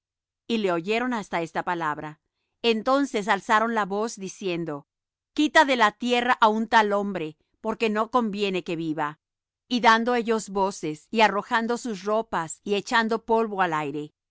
y le oyeron hasta esta palabra entonces alzaron la voz diciendo quita de la tierra á un tal hombre porque no conviene que viva y dando ellos voces y arrojando sus ropas y echando polvo al aire